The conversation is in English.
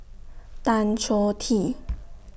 Tan Choh Tee